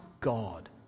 God